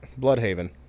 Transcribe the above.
bloodhaven